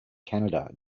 canada